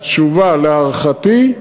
התשובה, להערכתי,